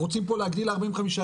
רוצים פה להגדיל ל-45,